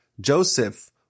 Joseph